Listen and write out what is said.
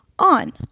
On